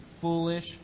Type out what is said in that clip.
foolish